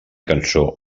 cançó